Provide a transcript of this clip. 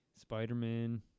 Spider-Man